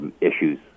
issues